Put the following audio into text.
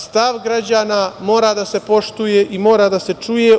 Stav građana mora da se poštuje i mora da čuje.